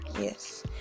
yes